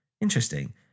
Interesting